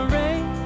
rain